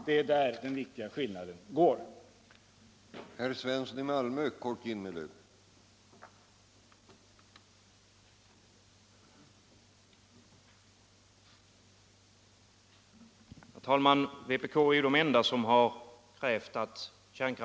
Det är där den viktiga skillnaden ligger.